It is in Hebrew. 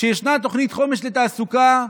כשישנה תוכנית חומש לתעסוקה,